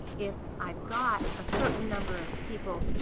if i've got a certain number of people